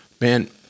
man